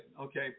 okay